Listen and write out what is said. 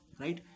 right